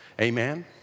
Amen